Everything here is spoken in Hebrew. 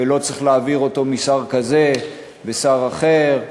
ולא צריך להעביר אותו משר כזה ושר אחר.